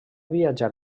viatjar